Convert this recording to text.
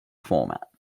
format